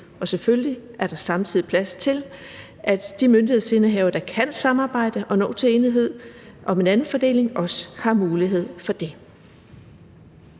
Og selvfølgelig er der samtidig plads til, at de myndighedsindehavere, der kan samarbejde og nå til enighed om en anden fordeling, også har mulighed for det.